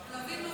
לא ייאמן.